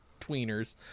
tweeners